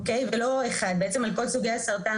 אוקי ולא אחד בעצם על כל סוגי הסרטן